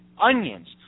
onions